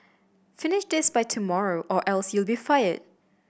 finish this by tomorrow or else you'll be fired